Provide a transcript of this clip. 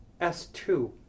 S2